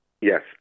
Yes